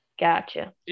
Gotcha